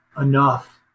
enough